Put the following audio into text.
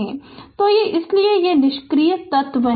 Refer Slide Time 3043 तो इसीलिए ये निष्क्रिय तत्व हैं